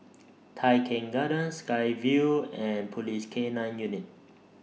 Tai Keng Gardens Sky Vue and Police K nine Unit